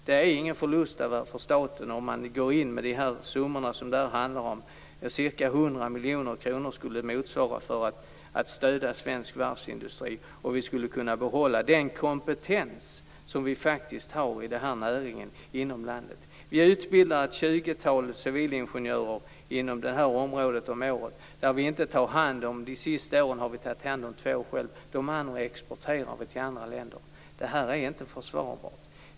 Det är ingen förlust för staten om man går in med de summor som det handlar om. Ca 100 miljoner kronor skulle det motsvara för att stödja svensk varvsindustri. Då skulle vi kunna behålla den kompetens som vi faktiskt har i den här näringen inom landet. Vi utbildar ett tjugotal civilingenjörer om året inom det här området. De senaste åren har vi själva tagit hand om två. De andra har vi exporterat till andra länder. Det här är inte försvarbart.